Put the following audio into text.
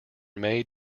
made